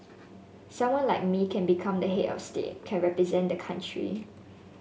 someone like me can become the head of state can represent the country